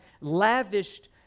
lavished